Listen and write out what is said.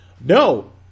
No